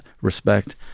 respect